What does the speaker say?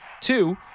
two